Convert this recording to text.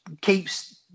keeps